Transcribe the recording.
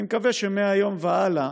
אני מקווה שמהיום והלאה